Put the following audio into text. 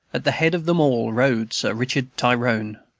at the head of them all rode sir richard tyrone.